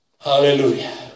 Hallelujah